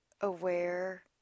aware